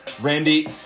Randy